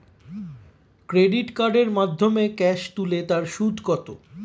Credit কার্ডের মাধ্যমে cash তুলে তার সুদ কত?